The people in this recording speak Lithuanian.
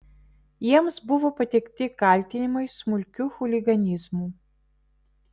jiems buvo pateikti kaltinimai smulkiu chuliganizmu